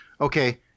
Okay